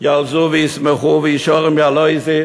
יראו וישמחו וישרים יעלוזו,